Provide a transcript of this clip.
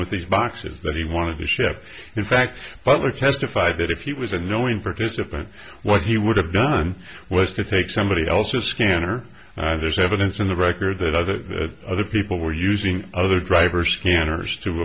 with these boxes that he wanted to ship in fact butler testified that if he was a knowing participant what he would have done was to take somebody else's scanner and there's evidence in the record that as the other people were using other drivers scanners to